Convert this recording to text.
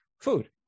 Food